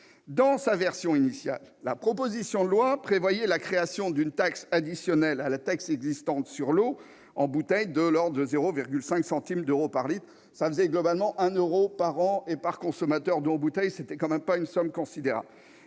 Dans sa version initiale, la proposition de loi prévoyait la création d'une taxe additionnelle à la taxe existante sur l'eau en bouteille de 0,5 centime d'euro par litre. Cela représentait globalement 1 euro par an et par consommateur d'eau en bouteille, ce qui n'était pas une somme considérable